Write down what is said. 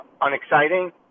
unexciting